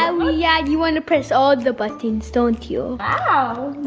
um ah yeah you wanna press all the buttons don't you? wow,